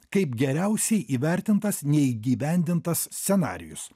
kaip geriausiai įvertintas neįgyvendintas scenarijus